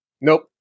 nope